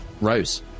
Rose